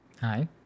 Hi